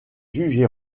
jugé